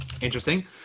Interesting